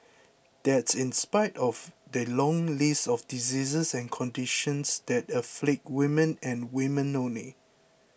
that's in spite of the long list of diseases and conditions that afflict women and women only